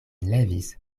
levis